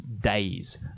days